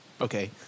Okay